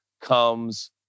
comes